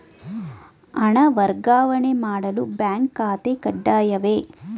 ಹಣ ವರ್ಗಾವಣೆ ಮಾಡಲು ಬ್ಯಾಂಕ್ ಖಾತೆ ಕಡ್ಡಾಯವೇ?